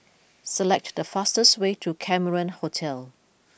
select the fastest way to Cameron Hotel